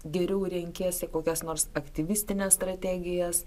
geriau renkiesi kokias nors aktyvistines strategijas